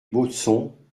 baudson